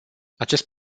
acest